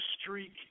streak